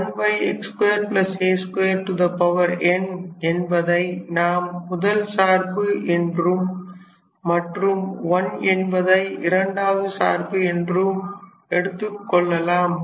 1x2 a 2 n என்பதை நாம் முதல் சார்பு என்றும் மற்றும் 1 என்பதை இரண்டாவது சார்பு என்றும் எடுத்துக் கொள்ளலாம்